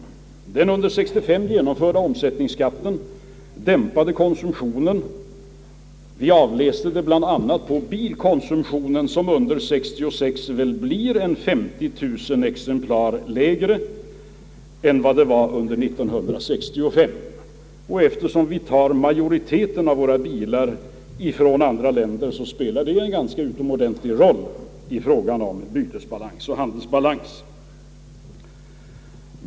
Den under år 1965 genomförda omsättningsskatten dämpade konsumtionen. Det kan vi avläsa bl.a. på bilkonsumtionen som väl under år 1966 kommer att röra sig om 50 000 bilar mindre än under år 1965. Eftersom vi tar majoriteten av våra bilar från andra länder betyder det ganska mycket för bytesbalansen och handelsbalansen.